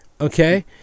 Okay